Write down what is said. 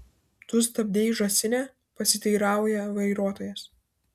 tu stabdei žąsine pasiteirauja vairuotojas